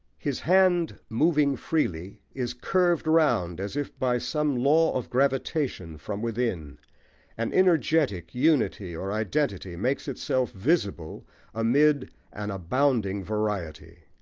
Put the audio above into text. his hand moving freely is curved round as if by some law of gravitation from within an energetic unity or identity makes itself visible amid an abounding variety.